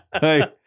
Hey